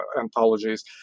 anthologies